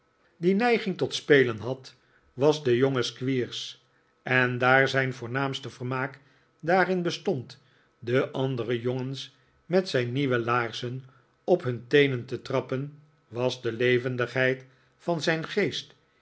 die neiging tot het practische opvoedings systeem spelen had was de jonge squeers en daar zijri voornaamste vermaak daarin bestond de andere jongens met zijn nieuwe laarzen op hun teenen te trappen was de levendigheid van zijn geest